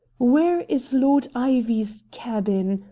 where is lord ivy's cabin?